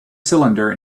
cylinder